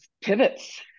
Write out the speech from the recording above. pivots